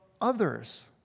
others